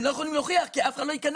הם לא יכולים להוכיח, כי אף אחד לא ייכנס.